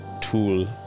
tool